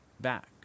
back